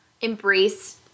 embrace